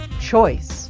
choice